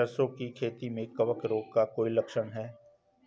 सरसों की खेती में कवक रोग का कोई लक्षण है?